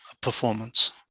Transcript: performance